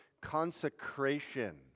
consecration